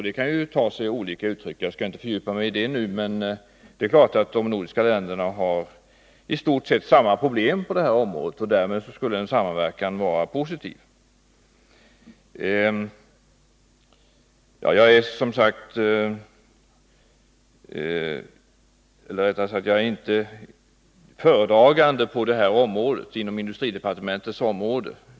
Det kan ju ta sig olika uttryck, men jag skall inte fördjupa mig i det nu. Det är klart att de nordiska länderna har i stort sett samma problem på detta område, och därmed skulle en samverkan vara positiv. Jag är inte föredragande på detta område inom industridepartementet.